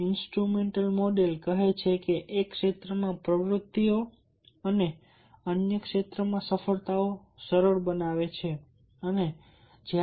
instrumental model કહે છે કે એક ક્ષેત્રમાં પ્રવૃત્તિઓ અન્ય ક્ષેત્રમાં સફળતાને સરળ બનાવે છે